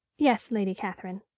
yes, lady catherine.